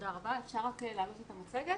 (הצגת מצגת)